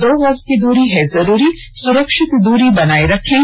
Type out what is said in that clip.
दो गज की दूरी है जरूरी सुरक्षित दूरी बनाए रखें